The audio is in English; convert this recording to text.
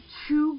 two